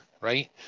right